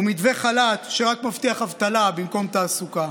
ומתווה חל"ת שרק מבטיח אבטלה במקום תעסוקה.